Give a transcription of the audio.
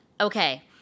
Okay